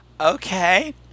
Okay